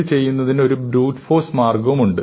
ഇത് ചെയ്യുന്നതിന് ഒരു ബ്രൂട് ഫോഴ്സ് മാർഗ്ഗവുമുണ്ട്